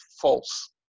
false